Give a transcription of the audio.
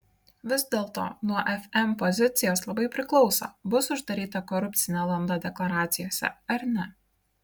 vis dėlto nuo fm pozicijos labai priklauso bus uždaryta korupcinė landa deklaracijose ar ne